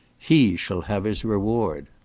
he shall have his reward.